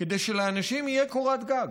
כדי שלאנשים תהיה קורת גג.